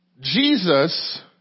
Jesus